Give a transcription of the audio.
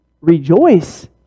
rejoice